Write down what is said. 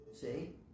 See